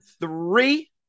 Three